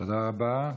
תודה רבה.